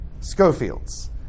Schofield's